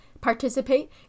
participate